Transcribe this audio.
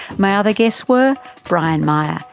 my other guests were brian myer,